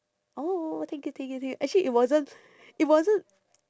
oh thank you thank you thank you actually it wasn't it wasn't